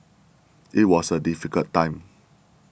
it was a difficult time